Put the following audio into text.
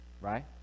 right